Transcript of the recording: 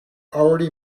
already